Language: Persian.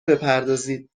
بپردازید